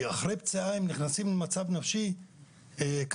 כי אחרי פציעה הם נכנסים למצב נפשי קטסטרופלי.